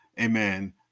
amen